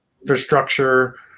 infrastructure